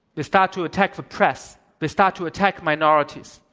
they start to attack the press. they start to attack minorities.